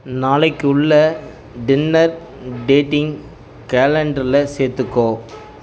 நாளைக்கு உள்ள dinner dating கேலண்டர்ல சேர்த்துக்கோ